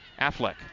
Affleck